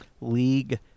League